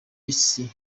isi